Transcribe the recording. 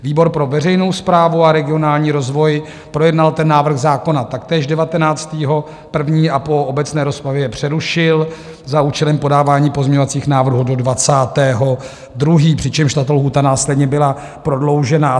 Výbor pro veřejnou správu a regionální rozvoj projednal tento návrh zákona taktéž 19. 1. a po obecné rozpravě ho přerušil za účelem podávání pozměňovacích návrhů do 20. 2., přičemž tato lhůta následně byla prodloužena.